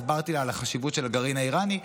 הסברתי לה על החשיבות של הגרעין האיראני.